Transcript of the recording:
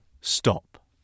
Stop